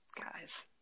guys